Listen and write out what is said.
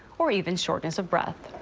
or even shortness of breath.